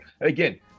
again